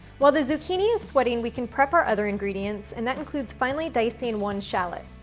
while the zucchini sweating, we can prep our other ingredients, and that includes finally dicing one shallot.